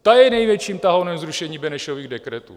Ta je největším tahounem zrušení Benešových dekretů.